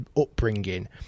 upbringing